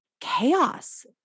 chaos